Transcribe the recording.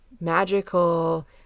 magical